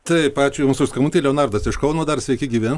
taip ačiū jums už skambutį leonardas iš kauno dar sveiki gyvi